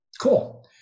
Cool